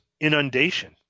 inundation